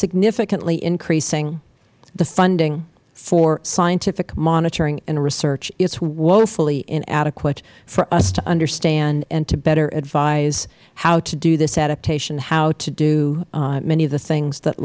significantly increasing the funding for scientific monitoring and research it is woefully inadequate for us to understand and to better advise how to do this adaptation how to do many of the things that